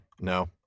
no